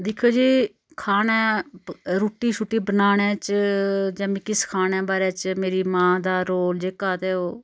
दिक्खो जी खाने रुट्टी छुट्टी बनाने च जां मिकी सखाने बारै च मेरी मां दा रोल जेह्का ते ओह्